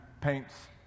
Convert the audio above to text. paints